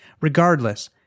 Regardless